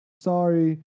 sorry